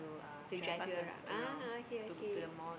to drive you around ah okay okay